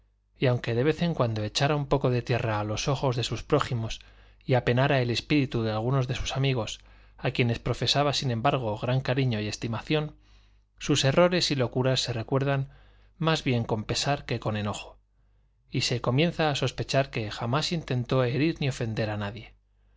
y aunque de vez en cuando echara un poco de tierra a los ojos de sus prójimos y apenara el espíritu de algunos de sus amigos a quienes profesaba sin embargo gran cariño y estimación sus errores y locuras se recuerdan más bien con pesar que con enojo y se comienza a sospechar que jamás intentó herir ni ofender a nadie